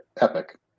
epic